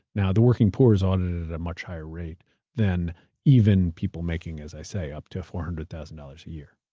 now, the working poor is audited at a much higher rate than even people making, as i say, up to four hundred thousand dollars a year.